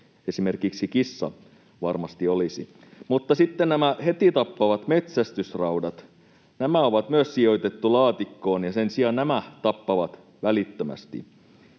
esimerkiksi kissa varmasti olisi. Mutta sitten nämä heti tappavat metsästysraudat: nämä on myös sijoitettu laatikkoon, ja sen sijaan nämä tappavat välittömästi.